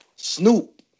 snoop